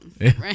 right